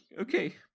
Okay